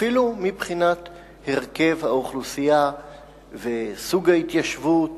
אפילו מבחינת הרכב האוכלוסייה וסוג ההתיישבות,